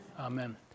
Amen